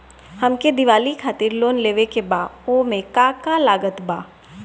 हमके दिवाली खातिर लोन लेवे के बा ओमे का का लागत बा?